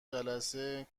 جلسه